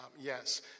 Yes